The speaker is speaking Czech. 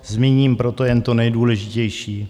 Zmíním proto jen to nejdůležitější.